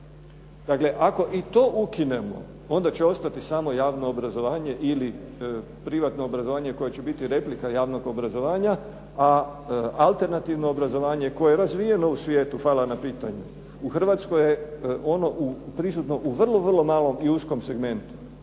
Dakle, ako i to ukinemo onda će ostati samo javno obrazovanje ili privatno obrazovanje koje će biti replika javnog obrazovanja. A alternativno obrazovanje koje je razvijeno u svijetu, hvala na pitanju, u Hrvatskoj je ono prisutno u vrlo, vrlo malom i uskom segmentu